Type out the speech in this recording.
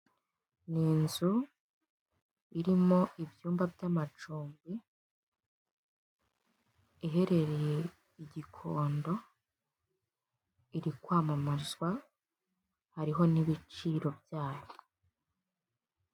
Ni inzu irimo ibyumba by'amacumbi iherereye i Gikondo iri kwamamazwa hariho n'ibiciro byayo.